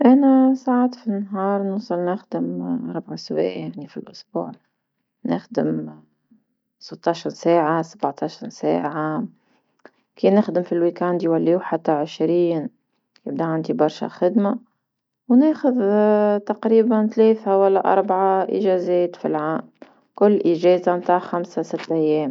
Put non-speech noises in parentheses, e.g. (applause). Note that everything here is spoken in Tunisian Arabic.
انا سعات في النهار نوصل نخدم أربع سوايع في أسبوع نخدم (hesitation) ستة عشر ساعة سبعة عشر ساعة، كي نخدم في عطلة الأسبوع ولاو عندي حتى عشرين، يبدا عندي عندي برشا خدمة، وناخد (hesitation) تقريبا ثلاثة ولا أربعة إجازات في العام، كل اجازة متاع خمسة ستة أيام.